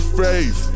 faith